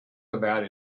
about